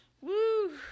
Woo